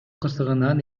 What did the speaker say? кырсыгынан